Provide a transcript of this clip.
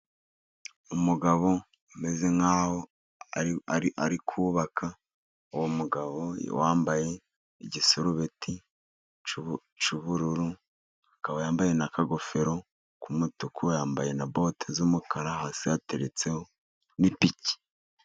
Umugabo ameze nk'aho ari kubabaka. Uwo mugabo wambaye igisarubeti cy'ubururu, akaba yambaye n'akagofero k'umutuku, yambaye na bote z'umukara, hasi hateretse n'ipiki.